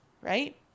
right